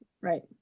Right